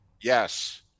Yes